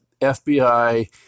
FBI